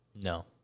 No